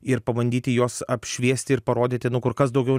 ir pabandyti juos apšviesti ir parodyti nu kur kas daugiau